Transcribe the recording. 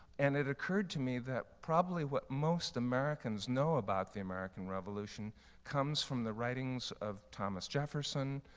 and it occurred to me that probably what most americans know about the american revolution comes from the writings of thomas jefferson,